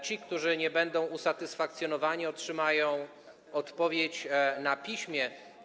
Ci, którzy nie będą usatysfakcjonowani, otrzymają odpowiedź na piśmie.